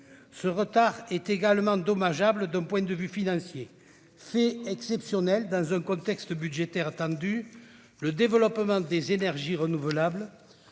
Ce retard est également dommageable d'un point de vue financier. Fait exceptionnel dans un contexte budgétaire tendu, le développement des énergies renouvelables